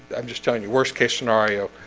i'm just telling you worst case scenario.